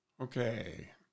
Okay